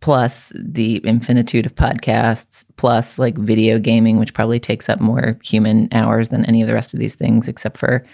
plus the infinitude of podcasts. plus like video gaming, which probably takes up more human hours than any of the rest of these things except for